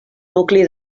nucli